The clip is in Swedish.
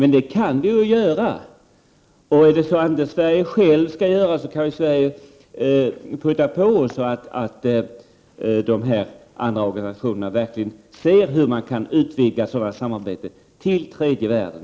Men det kan vi visst göra, och om Sverige inte självt kan göra det, så kan ju Sverige skjuta på så att de andra organisationerna ser hur man kan utvidga sådant samarbete också till tredje världen.